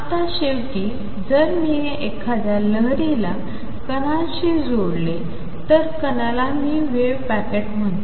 आता शेवटी जर मी एखाद्या लहरीला कणाशी जोडले तर कणाला मी वेव्ह पॅकेट म्हणतो